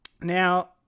Now